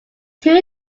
two